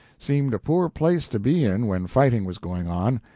seemed a poor place to be in when fighting was going on.